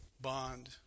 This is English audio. bond